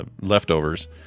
Leftovers